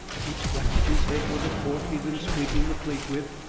and scratched his head with the fork he had been scraping the plate with,